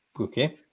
Okay